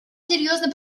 серьезный